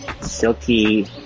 silky